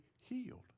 healed